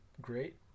great